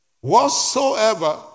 Whatsoever